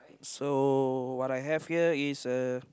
so what I have here is uh